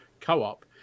co-op